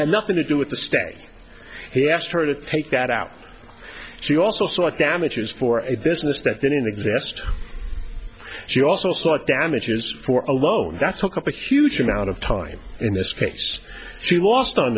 had nothing to do with the step he asked her to take that out she also sought damages for a business that didn't exist she also sought damages for a loan that's look up a huge amount of time in this case she lost on